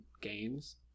games